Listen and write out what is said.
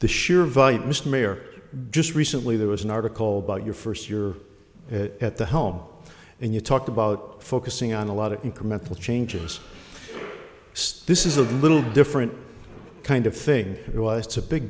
the sheer volume mr mayor just recently there was an article about your first you're at the helm and you talk about focusing on a lot of incremental changes stis is a little different kind of thing it was to big